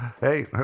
hey